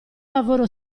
lavoro